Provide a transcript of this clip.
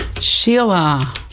Sheila